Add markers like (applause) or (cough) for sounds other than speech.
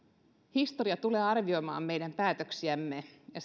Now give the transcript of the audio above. historia tulee arvioimaan meidän päätöksiämme ja (unintelligible)